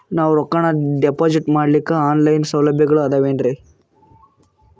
ನಾವು ರೊಕ್ಕನಾ ಡಿಪಾಜಿಟ್ ಮಾಡ್ಲಿಕ್ಕ ಆನ್ ಲೈನ್ ಸೌಲಭ್ಯಗಳು ಆದಾವೇನ್ರಿ?